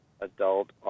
adult